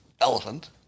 elephant